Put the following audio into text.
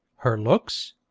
her looks?